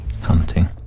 Hunting